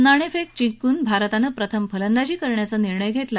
नाणेफेक जिंकून भारतानं प्रथम फलंदाजी करण्याचा निर्णय घेतला